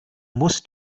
musst